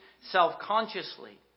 self-consciously